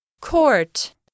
court